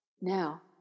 Now